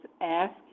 ask